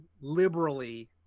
liberally